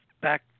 back